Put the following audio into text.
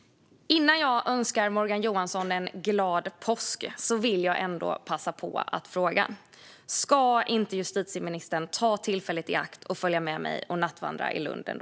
Innan jag önskar Morgan Johansson en glad påsk vill jag passa på att fråga: Ska inte justitieministern ändå ta tillfället i akt och följa med mig och nattvandra i Lund?